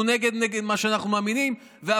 שהוא נגד מה שאנחנו מאמינים בו,